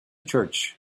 church